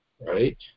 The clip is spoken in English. right